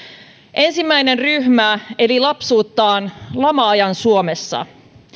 ensimmäinen ryhmä eli lapsuuttaan lama ajan suomessa